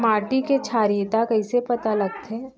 माटी के क्षारीयता कइसे पता लगथे?